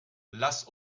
lass